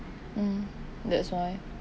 mm that's why